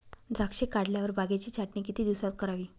द्राक्षे काढल्यावर बागेची छाटणी किती दिवसात करावी?